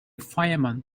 firemen